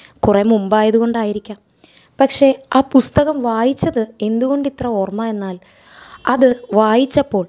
കുറെ മുമ്പായതുകൊണ്ടായിരിക്കാം പക്ഷെ ആ പുസ്തകം വായിച്ചത് എന്തുകൊണ്ട് ഇത്ര ഓർമ എന്നാൽ അത് വായിച്ചപ്പോൾ